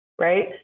Right